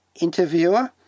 interviewer